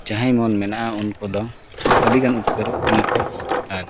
ᱡᱟᱦᱟᱸᱭ ᱢᱚᱱ ᱢᱮᱱᱟᱜᱼᱟ ᱩᱱᱠᱩ ᱫᱚ ᱟᱹᱰᱤᱜᱟᱱ ᱩᱯᱠᱟᱹᱨᱚᱜ ᱠᱟᱱᱟ ᱠᱚ ᱟᱨ